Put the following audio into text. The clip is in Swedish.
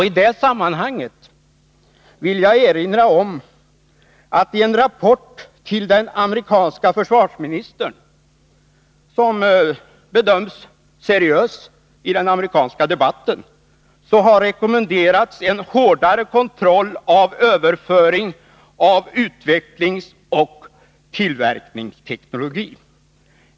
I det sammanhanget vill jag erinra om en rapport till den amerikanske försvarsministern. I denna rapport, som i den amerikanska debatten bedöms vara seriös, rekommenderas en hårdare kontroll i fråga om överföring av utvecklingsoch tillverkningsteknologi.